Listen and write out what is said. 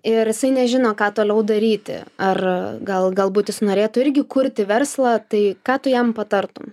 ir jisai nežino ką toliau daryti ar gal galbūt jis norėtų irgi kurti verslą tai ką tu jam patartum